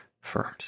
firms